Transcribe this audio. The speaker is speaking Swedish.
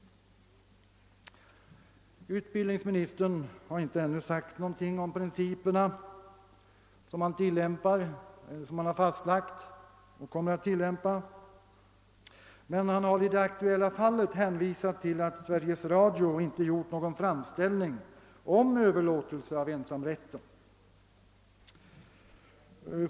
Utbildningsministern har ännu inte sagt något om principerna som han fastlagt och kommer att tillämpa, men han har i det aktuella fallet hänvisat till att Sveriges Radio inte har gjort någon framställning om överlåtelse av ensamrätten.